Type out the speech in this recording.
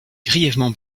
grièvement